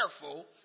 careful